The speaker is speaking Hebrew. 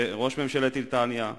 ראש ממשלת איטליה.